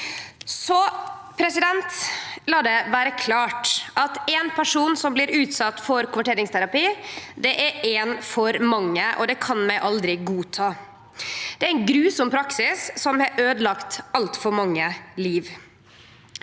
Så, og la det vere klart: Éin person som blir utsett for konverteringsterapi, er éin for mykje, og det kan vi aldri godta. Det er ein grufull praksis som har øydelagt altfor mange liv.